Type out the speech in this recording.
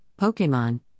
Pokemon